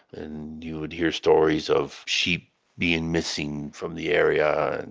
and you would hear stories of sheep being missing from the area. and